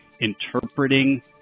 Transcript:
interpreting